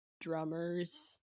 drummers